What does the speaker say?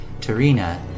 Tarina